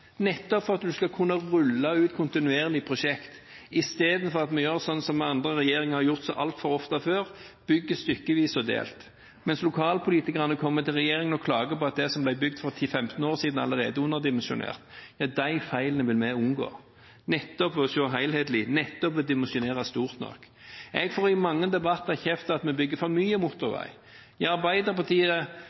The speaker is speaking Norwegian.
nettopp for at en skal kunne rulle ut et kontinuerlig prosjekt – istedenfor at vi gjør sånn som andre regjeringer har gjort så altfor ofte før, bygge stykkevis og delt, mens lokalpolitikerne kommer til regjeringen og klager på at det som ble bygd for 10–15 år siden, allerede er underdimensjonert. Det er de feilene vi unngår, nettopp ved å se det helhetlig, nettopp ved å dimensjonere stort nok. Jeg får i mange debatter kjeft for at vi bygger for mye motorvei. Arbeiderpartiet